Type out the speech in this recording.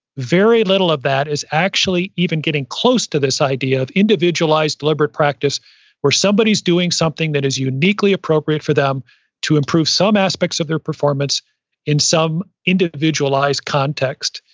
very little of that is actually even getting close to this idea of individualized, deliberate practice where somebody's doing something that is uniquely appropriate for them to improve some aspects of their performance in some individualized context.